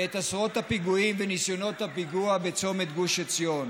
ואת עשרות הפיגועים וניסיונות הפיגוע בצומת גוש עציון.